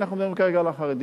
אנחנו מדברים כרגע על החרדי.